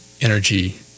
energy